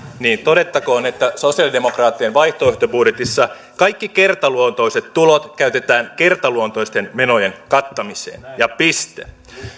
niin todettakoon että sosialidemokraattien vaihtoehtobudjetissa kaikki kertaluontoiset tulot käytetään kertaluontoisten menojen kattamiseen ja piste